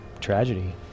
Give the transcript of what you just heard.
tragedy